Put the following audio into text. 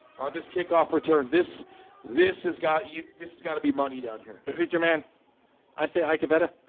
this kickoff return this this has got you this has got to be money down here. mr. man i say hika vetta.